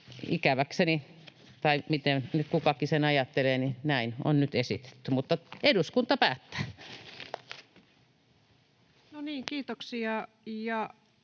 ikäväkseni — tai miten nyt kukakin sen ajattelee — näin on nyt esitetty. Mutta eduskunta päättää. [Speech